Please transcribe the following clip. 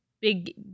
big